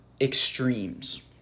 extremes